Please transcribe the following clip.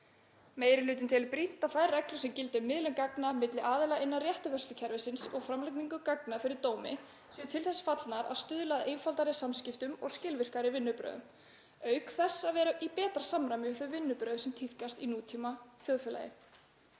Meiri hlutinn telur brýnt að þær reglur sem gilda um miðlun gagna milli aðila innan réttarvörslukerfisins og framlagningu gagna fyrir dómi séu til þess fallnar að stuðla að einfaldari samskiptum og skilvirkari vinnubrögðum, auk þess að vera í betra samræmi við þau vinnubrögð sem tíðkist í nútímaþjóðfélagi.